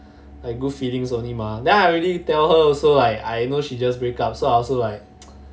like good feelings only mah then I already tell her also I know she just break up so I also like